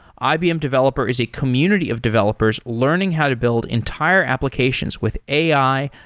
ibm developer is a community of developers learning how to build entire applications with ai,